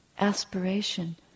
aspiration